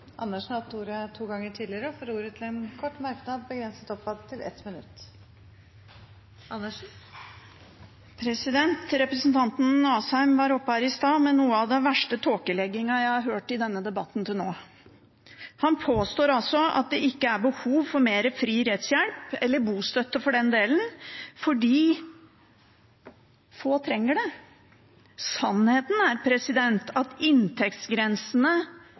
Andersen har hatt ordet to ganger tidligere og får ordet til en kort merknad, begrenset til 1 minutt. Representanten Asheim var oppe her i stad med noe av den verste tåkeleggingen jeg har hørt i denne debatten til nå. Han påstår at det ikke er behov for mer fri rettshjelp – eller bostøtte for den del – fordi få trenger det. Sannheten er at inntektsgrensene